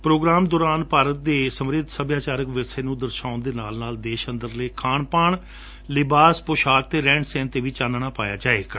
programme ਦੌਰਾਨ ਭਾਰਤ ਦੇ ਸਮ੍ਸਿੱਧ ਸੱਭਿਆਚਾਰਕ ਵਿਰਸੇ ਨੂੰ ਦਰਸ਼ਾਉਣ ਦੇ ਨਾਲ ਨਾਲ ਦੇਸ਼ ਅੰਦਰਲੇ ਖਾਣ ਪਾਣ ਲਿਬਾਸ ਰਹਿਣ ਸਹਿਣ ਤੇ ਵੀ ਚਾਨਣਾ ਪਾਇਆ ਜਾਵੇਗਾ